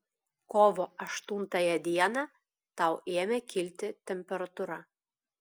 kovo aštuntąją dieną tau ėmė kilti temperatūra